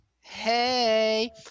Hey